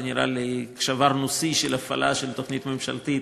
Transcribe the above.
ונראה לי ששברנו שיא של כל הימים בהפעלה של תוכנית ממשלתית